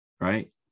right